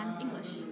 English